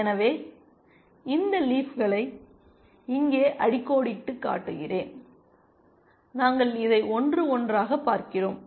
எனவே இந்த லீஃப்களை இங்கே அடிக்கோடிட்டுக் காட்டுகிறேன் நாங்கள் இதை ஒன்று ஒன்றாக பார்க்கிறோம்